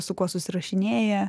su kuo susirašinėja